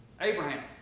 Abraham